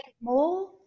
more